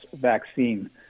vaccine